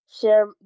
share